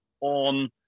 on